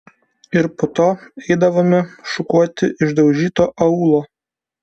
ir po to eidavome šukuoti išdaužyto aūlo